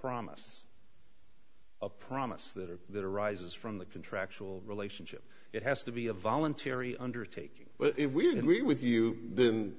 promise a promise that or that arises from the contractual relationship it has to be a voluntary undertaking but if we agree with you then